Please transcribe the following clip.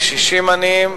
קשישים עניים,